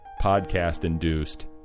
podcast-induced